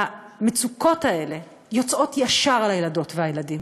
המצוקות האלה יוצאות ישר על הילדות והילדים.